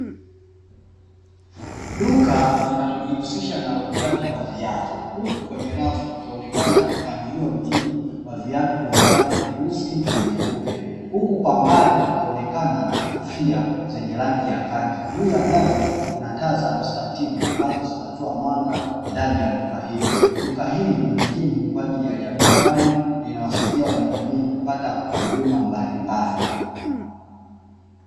Duka linalojihusisha na uzaji wa viatu, huku kwenye rafu kukionekana na mpangilio mzuri wa viatu vyenye rangi nyeusi na nyeupe. Huku kwa mbali kukionekana na kofia zenye rangi ya kaki, juu ya dari kuna taa za mstatili ambazo zinatoa mwanga ndani ya duka hilo. Duka hili ni muhimu kwajili ya jamii, kwani linawasaidia wanajamii kupata huduma mbalimbali.